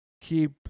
keep